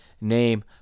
name